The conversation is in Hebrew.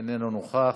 אינו נוכח,